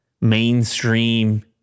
mainstream